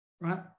right